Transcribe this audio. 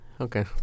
okay